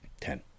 ten